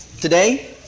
today